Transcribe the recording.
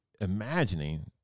imagining